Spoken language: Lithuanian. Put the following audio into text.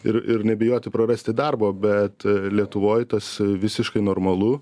ir ir nebijoti prarasti darbo bet lietuvoj tas visiškai normalu